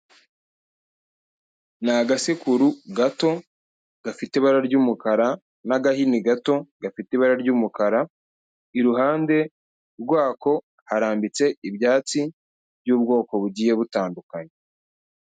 Ni agasekuru gato gafite ibara ry'umukara n'agahini gato gafite ibara ry'umukara, iruhande rwako harambitse ibyatsi by'ubwoko bugiye butandukanye